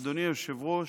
אדוני היושב-ראש,